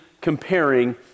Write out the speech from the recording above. comparing